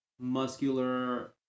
muscular